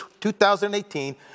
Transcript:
2018